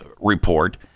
report